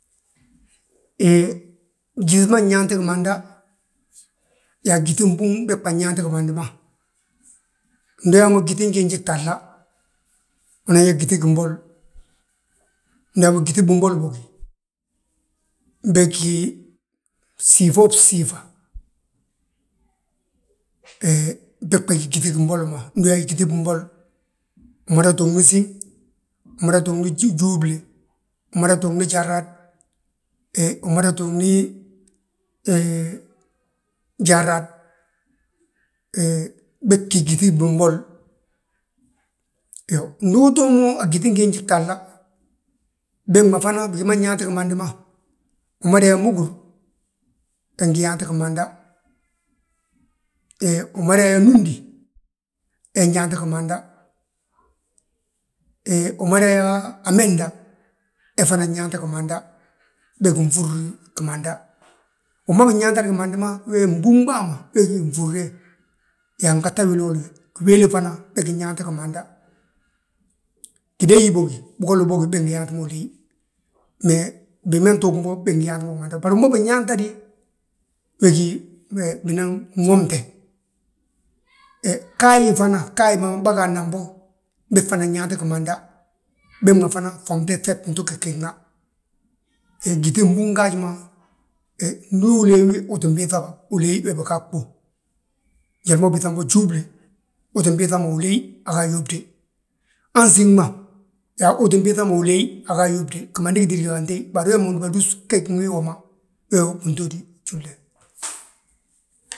Hee, gyíŧi ma nyaanti gimanda, yaa gíŧi mbúŋ bégbà nyaant gimandi ma. Ndu uyaa mo, gyíŧin giinji gtahla, unan yaa gíŧi gimbol, ndu uyaa mo gyíŧi binbol bogi. Bég gí, bsiifoo bsiifa, he bégbà gyíŧi gimbuli ma ndu uyaa gyíŧi gimbol. Umada tuugni síŋ, umada tuugni júble, umada tuugni jarad, he umada tuugni, jarad, he bégí gyíŧi binbol. Ndu utoo mo a gyíŧin giinji gtahla, bég ma fana bigi ma nyaanti gimandi ma, umada yaa múgur he ngi yaanti gimanda, he umada yaa núndi, he nyaanti gimanda, he umada yaa amende, he fana nyaanti gimanda, bégi nfúrri gimanda. Wi ma binyaantadi gimandi ma, wee mbúŋ bàa ma we gí nfúrre, yaa ngeta wilooli wi. Giwéli fana bégi nyaanti gimanda, gidéeyi bógi, bigolla bógi begi ngi yaanti mo uléey. Mee bigi ma ntuugin bo, bég ngi yaanti mo gimanda, bari wi ma binyaantadi wee gí binan womte. He ghayi fana, ghayi ma bâgaadna bo, bég fana nyaanti gimanda, bég ma fana ffomte fee fi binto gegena. Gyíŧi mbúŋ gaaji ma, ndu uléeyi wi uu tti biiŧabà, uléey, we biga a ɓuu, njali ma ubiiŧam bo júble, uu tti biiŧama uléeyi aga yóbde. Han síŋ ma, yaa uu tti biiŧama uléey aga yóbde gimandi gitídi ga antéyi, bari wee ma undúbadu gegin wii woma, wee wi bintóodi júble.